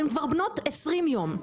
הן כבר בנות 20 ימים,